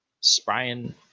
Spraying